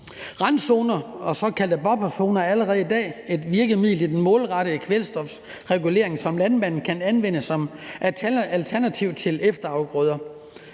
Randzoner og såkaldte bufferzoner er allerede i dag et virkemiddel i den målrettede kvælstofregulering, som landmændene kan anvende som alternativ til efterafgrøder.